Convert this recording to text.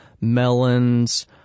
melons